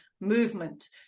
movement